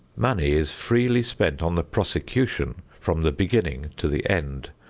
money is freely spent on the prosecution from the beginning to the end,